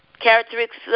Characteristics